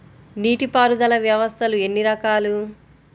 నీటిపారుదల వ్యవస్థలు ఎన్ని రకాలు?